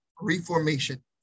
reformation